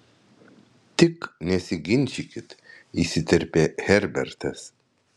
tik nesiginčykit įsiterpė herbertas